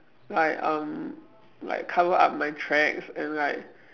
like um like cover up my tracks and like